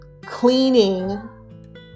cleaning